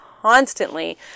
constantly